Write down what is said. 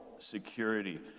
security